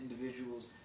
individuals